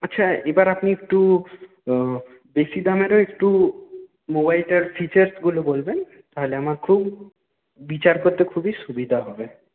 আচ্ছা এবার আপনি একটু বেশী দামেরও একটু মোবাইলটার ফিচারসগুলো বলবেন তাহলে আমার খুব বিচার করতে খুবই সুবিধা হবে